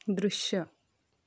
दृश्य